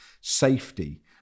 safety